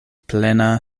plena